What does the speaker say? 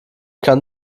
kann